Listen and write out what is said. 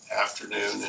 afternoon